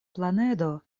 planedo